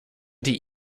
die